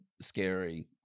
scary